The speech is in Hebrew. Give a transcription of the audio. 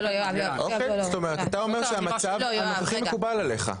אז אתה אומר שהמצב הנוכחי מקובל עליך?